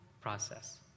process